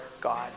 God